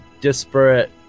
disparate